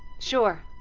sure.